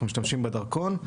אנחנו משתמשים בדרכון.